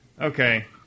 Okay